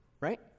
right